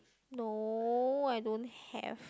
no I don't have